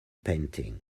painting